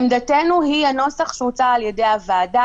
עמדתנו היא הנוסח שהוצע על ידי הוועדה.